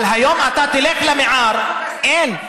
אבל היום אתה תלך למיעאר, אין.